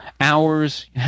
Hours